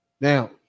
Now